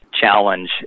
challenge